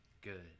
Good